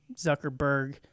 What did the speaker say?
Zuckerberg